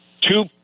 two